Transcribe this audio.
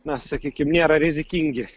na sakykim nėra rizikingi